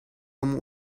همون